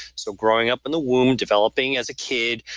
so growing up in the womb, developing as a kid,